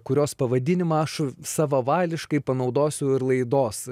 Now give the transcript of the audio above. kurios pavadinimą aš savavališkai panaudosiu ir laidos